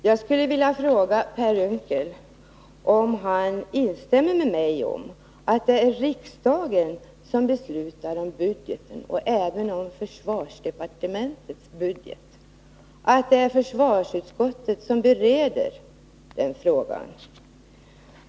Fru talman! Instämmer Per Unckel med mig i att det är riksdagen som beslutar om budgeten, även om försvarsdepartementets budget, och att det är försvarsutskottet som bereder frågor rörande försvarsbudgeten?